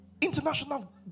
International